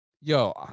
Yo